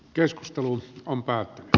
keskustelu on päätetty